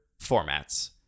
formats